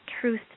truth